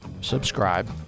subscribe